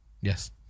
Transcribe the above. Yes